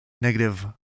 negative